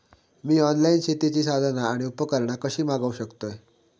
मी online शेतीची साधना आणि उपकरणा कशी मागव शकतय?